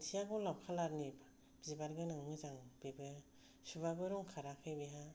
मोनसेया गलाब कालार नि बिबार गोनां मोजां बेबो सुबाबो रं खाराखै बेहा